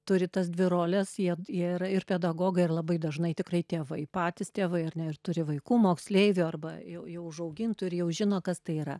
turi tas dvi roles jie jie yra ir pedagogai ir labai dažnai tikrai tėvai patys tėvai ar ne ir turi vaikų moksleivių arba jau jau užaugintų ir jau žino kas tai yra